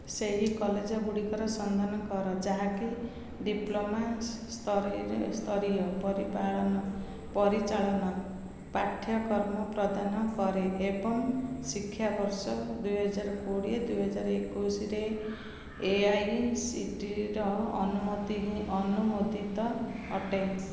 ସେହି କଲେଜ୍ ଗୁଡ଼ିକର ସନ୍ଧାନ କର ଯାହାକି ଡିପ୍ଲୋମା ସ୍ତରୀୟ ପରି ପାଳନ ପରିଚାଳନା ପାଠ୍ୟକ୍ରମ ପ୍ରଦାନ କରେ ଏବଂ ଶିକ୍ଷାବର୍ଷ ଦୁଇହଜାର କୋଡ଼ିଏ ଦୁଇହଜାର ଏକୋଇଶିରେ ଏ ଆଇ ସି ଟି ର ଅନୁମୋଦିତ ଅଟେ